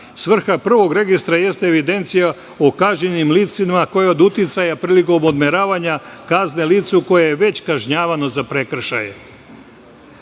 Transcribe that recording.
Svrha prvog registra jeste evidencija o kažnjenim licima koja je od uticaja prilikom odmeravanja kazne licu koje je već kažnjavano za prekršaje,